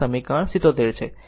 આ સમીકરણ 77 છે